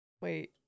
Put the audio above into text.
Wait